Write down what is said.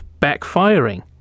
backfiring